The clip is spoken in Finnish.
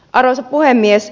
arvoisa puhemies